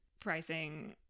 pricing